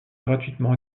gratuitement